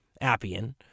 Appian